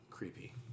creepy